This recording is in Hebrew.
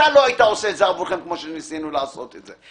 אתם לא הייתם עושה את זה עבורכם כמו שניסינו לעשות את זה.